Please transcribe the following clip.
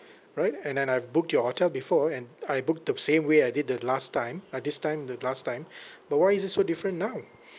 right and and I've booked your hotel before and I booked the same way I did the last time uh this time the last time but why is it so different now